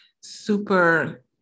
super